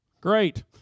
Great